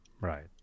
right